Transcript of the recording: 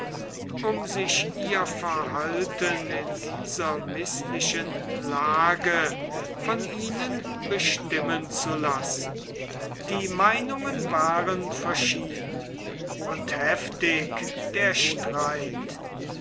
um sich ihr verhalten in dieser mißlichen lage von ihnen bestimmen zu lassen die meinungen waren verschieden und heftig der streit